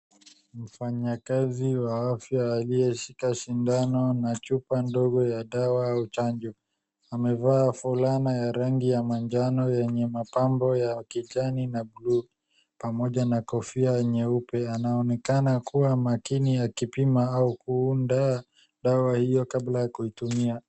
Mfanyakazi wa afya aliyeshika sindano na chupa ndogo ya chanjo amevaa fulana ya rangi ya majano yenye mapambo ya kijani pamojja na kofia nyeupe. Anaonekana kuwa makini akipima au kuunda dawa hiyo kabla ya kuitumia.